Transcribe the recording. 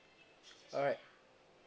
alright